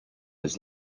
his